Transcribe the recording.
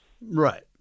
Right